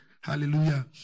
Hallelujah